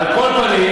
על כל פנים,